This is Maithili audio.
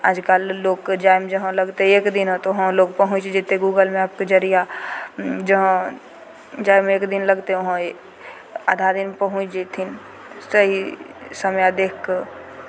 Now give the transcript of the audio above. आजकल लोककेँ जायमे जहाँ लगतै एक दिना तऽ उहाँ लोक पहुँच जयतै गूगल मैपके जरिया जहाँ जायमे एकदिन लगतै उहाँ एक आधा दिनमे पहुँच जयथिन सही समय देखि कऽ